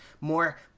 more